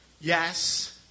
yes